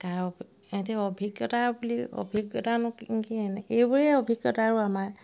তাৰ এতিয়া অভিজ্ঞতা বুলি অভিজ্ঞতানো কি এইবোৰেই অভিজ্ঞতা আৰু আমাৰ